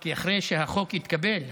כי אחרי שהחוק יתקבל,